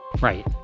Right